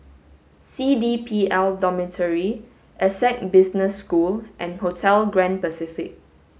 C D P L Dormitory Essec Business School and Hotel Grand Pacific